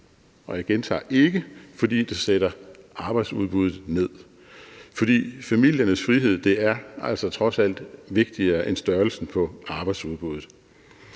og jeg gentager ikke – fordi det sætter arbejdsudbuddet ned, for familiernes frihed er altså trods alt vigtigere end størrelsen på arbejdsudbuddet.